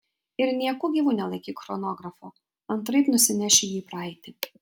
ir nieku gyvu nelaikyk chronografo antraip nusineši jį į praeitį